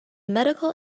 medical